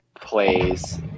plays